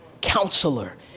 counselor